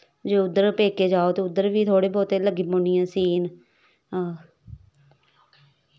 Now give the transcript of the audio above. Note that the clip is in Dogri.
जे उध्दर पेके जाओ ते उध्दर बी थोह्ड़े बौह्ते लग्गी पौनी आं सीन